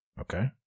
Okay